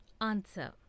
Answer